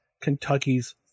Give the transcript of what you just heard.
Kentucky's